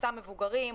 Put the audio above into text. אותם מבוגרים,